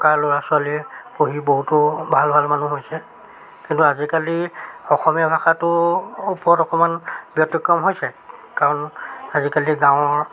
থকা ল'ৰা ছোৱালীয়ে পঢ়ি বহুতো ভাল ভাল মানুহ হৈছে কিন্তু আজিকালি অসমীয়া ভাষাটো ওপৰত অকণমান ব্যতিক্ৰম হৈছে কাৰণ আজিকালি গাঁৱৰ